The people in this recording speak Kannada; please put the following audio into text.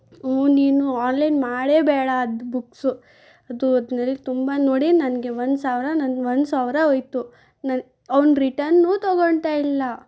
ಹ್ಞೂ ನೀನು ಆನ್ಲೈನ್ ಮಾಡೇ ಬೇಡ ಅದು ಬುಕ್ಸು ಅದು ನನಗೆ ತುಂಬ ನೋಡಿ ನನಗೆ ಒಂದು ಸಾವಿರ ನನಗೆ ಒಂದು ಸಾವಿರ ಹೋಯ್ತು ನನ್ನ ಅವ್ನು ರಿಟನ್ನೂ ತೊಗೊಳ್ತಾ ಇಲ್ಲ